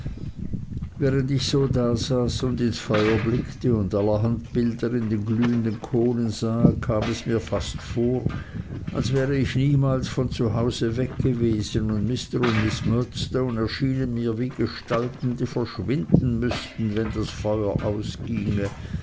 während ich so dasaß und ins feuer blickte und allerhand bilder in den glühenden kohlen sah kam es mir fast vor als wäre ich niemals von hause weg gewesen und mr und miß murdstone erschienen mir wie gestalten die verschwinden müßten wenn das feuer ausginge